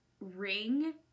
ring